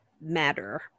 matter